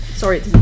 Sorry